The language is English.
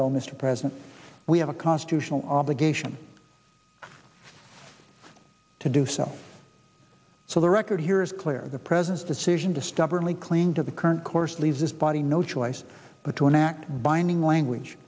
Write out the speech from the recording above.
though mr president we have a constitutional obligation to do so so the record here is clear the president's decision to stubbornly cling to the current course leaves his body no choice but to enact binding language